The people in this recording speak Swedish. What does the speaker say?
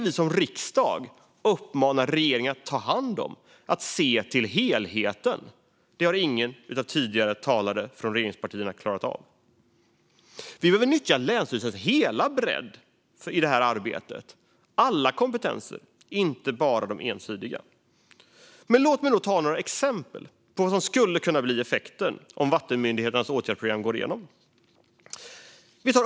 Vi som riksdag uppmanar regeringen att ta hand om detta, att se till helheten. Det har ingen av tidigare talare från regeringspartierna klarat av. Vi behöver nyttja länsstyrelsernas hela bredd i det här arbetet, alla kompetenser, inte bara de ensidiga. Låt mig ta ett exempel på vad som skulle kunna bli effekten om vattenmyndigheternas åtgärdsprogram går igenom.